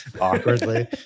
awkwardly